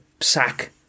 sack